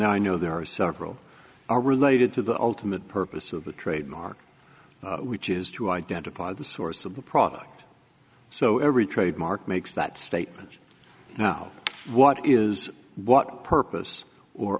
and i know there are several are related to the ultimate purpose of the trademark which is to identify the source of the product so every trademark makes that statement now what is what purpose or